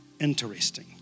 interesting